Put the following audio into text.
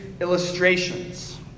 illustrations